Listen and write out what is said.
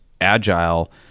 agile